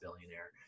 billionaire